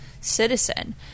citizen